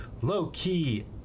Low-Key